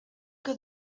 que